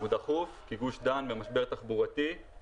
כי גוש דן במשבר תחבורתי.